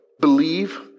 believe